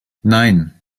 nein